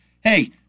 Hey